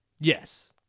Yes